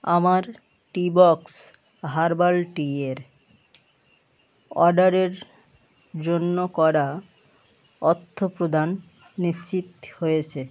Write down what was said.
আমার tea box herbal tea এর অর্ডারের জন্য করা অর্থপ্রদান নিশ্চিত হয়েছে